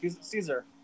Caesar